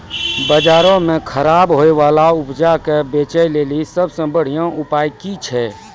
बजारो मे खराब होय बाला उपजा के बेचै लेली सभ से बढिया उपाय कि छै?